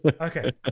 okay